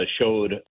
showed